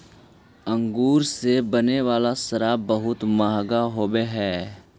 अंगूर से बने वाला शराब बहुत मँहगा होवऽ हइ